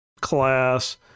class